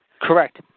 Correct